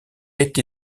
été